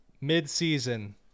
mid-season